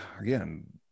again